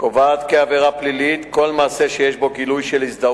של ערבים ביום שישי בציר